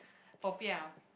popiah